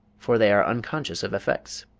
for they are unconscious of effects.